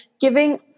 giving